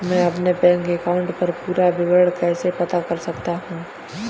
मैं अपने bank account का पूरा विवरण कैसे पता कर सकता हूँ?